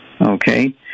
Okay